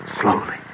Slowly